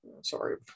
sorry